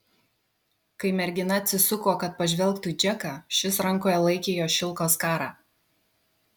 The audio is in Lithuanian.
kai mergina atsisuko kad pažvelgtų į džeką šis rankoje laikė jos šilko skarą